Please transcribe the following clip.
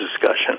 discussion